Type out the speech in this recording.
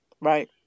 right